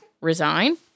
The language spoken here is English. Resign